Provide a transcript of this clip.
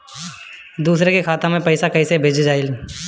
दूसरे के खाता में पइसा केइसे भेजल जाइ?